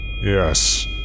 Yes